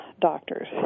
doctors